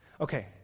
Okay